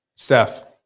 Steph